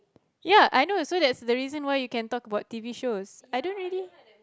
ya I know so that's the reason why you can talk about t_v shows I don't really